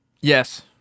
Yes